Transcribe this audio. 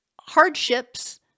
hardships